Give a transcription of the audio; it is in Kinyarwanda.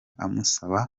amusaba